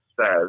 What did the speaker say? says